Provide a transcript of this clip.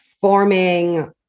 forming